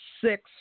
six